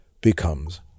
becomes